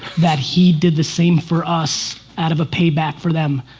that he did the same for us out of a payback for them.